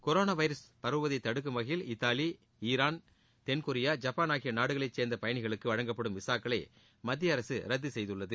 corona virus பரவுவதை தடுக்கும் வகையில் இத்தாலி ஈரான் தென்கொரியா ஐப்பான் ஆகிய நாடுகளை சேர்ந்த பயணிகளுக்கு வழங்கப்படும் விசாக்களை மத்திய அரசு ரத்து செய்துள்ளது